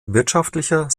wirtschaftlicher